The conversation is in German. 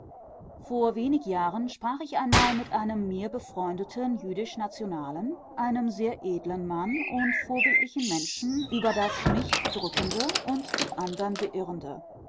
vor wenig jahren sprach ich einmal mit einem mir befreundeten jüdisch nationalen einem sehr edlen mann und vorbildlichen menschen über das mich bedrückende und die andern beirrende